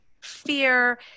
fear